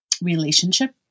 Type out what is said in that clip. relationship